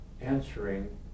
answering